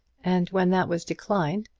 and when that was declined,